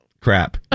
Crap